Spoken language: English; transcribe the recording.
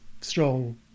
strong